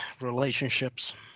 relationships